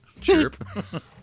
Chirp